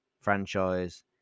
franchise